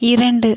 இரண்டு